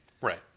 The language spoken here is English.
Right